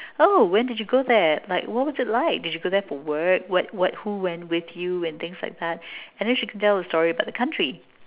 oh when did you go there like what was it like did you go there for work what what who went with you and things like that and then she can tell the story about the country